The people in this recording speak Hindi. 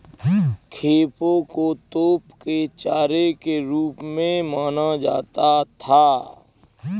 खेपों को तोप के चारे के रूप में माना जाता था